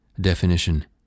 Definition